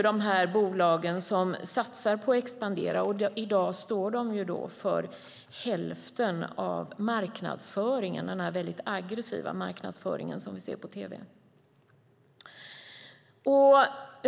Dessa bolag satsar på att expandera och står i dag för hälften av marknadsföringen, den väldigt aggressiva marknadsföringen som vi ser på tv.